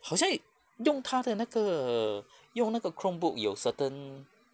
好像也用它的那个用那个 chromebook 有 certain